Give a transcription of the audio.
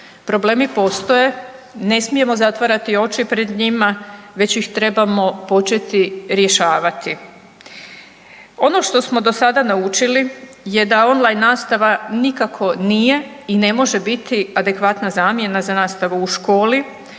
problemi postoje, ne smijemo zatvarati oči pred njima već ih trebamo početi rješavati. Ono što smo do sada naučili je da on-line nastava nikako nije i ne može biti adekvatna zamjena za nastavu u školi